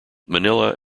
manila